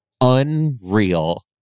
unreal